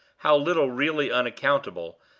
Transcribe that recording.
how little really unaccountable,